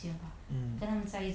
mm